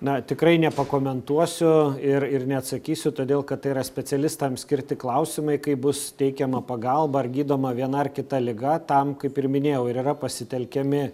na tikrai nepakomentuosiu ir ir neatsakysiu todėl kad tai yra specialistams skirti klausimai kaip bus teikiama pagalba ar gydoma viena ar kita liga tam kaip ir minėjau ir yra pasitelkiami